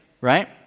right